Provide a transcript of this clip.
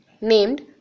named